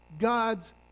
God's